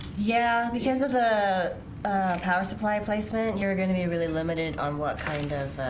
yeah because of a power supply placement you're gonna be really limited on what kind of